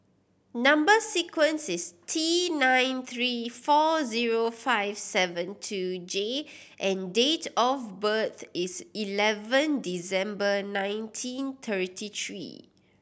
number sequence is T nine three four zero five seven two J and date of birth is eleven December nineteen thirty three